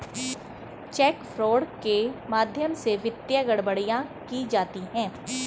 check fraud के माध्यम से वित्तीय गड़बड़ियां की जाती हैं